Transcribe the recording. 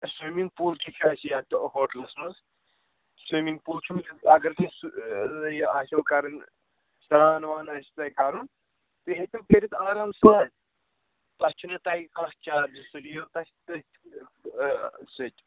swimming pool تہِ چھُ اَسہِ یَتھ ہوٹلس منٛز سُویمِنٛگ پوٗل چھُ اَگر تۅہہِ سُہ یہِ آسٮ۪و کَرٕنۍ سرٛان وان آسہِ تۅہہِ کَرُن تُہۍ ہیٚکِو کٔرِتھ آرام سان تتھ چھُنہٕ تۅہہِ کانٛہہ چارٕجِس سُہ یِیو تۅہہِ تٔتھۍ سٍتۍ